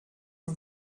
nur